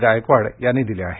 गायकवाड यांनी दिले आहेत